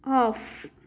off